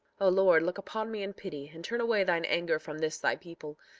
o lord, look upon me in pity, and turn away thine anger from this thy people,